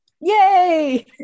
Yay